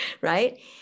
Right